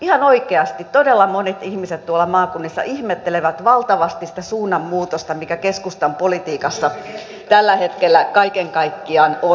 ihan oikeasti todella monet ihmiset tuolla maakunnissa ihmettelevät valtavasti sitä suunnanmuutosta mikä keskustan politiikassa tällä hetkellä kaiken kaikkiaan on